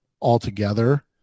altogether